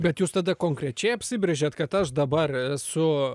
bet jūs tada konkrečiai apsibrėžiat kad aš dabar esu